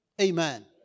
Amen